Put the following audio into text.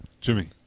Jimmy